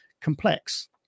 complex